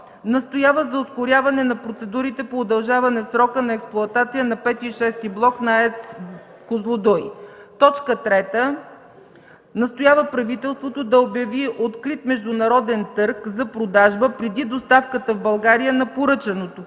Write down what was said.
Настоява за ускоряване на процедурите по удължаване срока на експлоатация на V и VІ блок на АЕЦ „Козлодуй”. 3. Настоява правителството да обяви открит международен търг за продажба преди доставката в България на поръчаното,